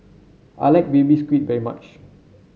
I like Baby Squid very much